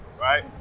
Right